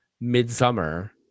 midsummer